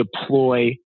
deploy